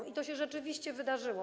I to się rzeczywiście wydarzyło.